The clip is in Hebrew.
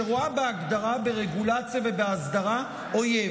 שרואה בהגדרה ברגולציה ובאסדרה אויב,